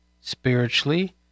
spiritually